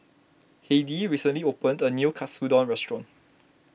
Heidy recently opened a new Katsudon restaurant